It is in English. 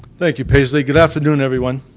thank you paisley, good afternoon everyone.